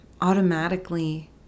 automatically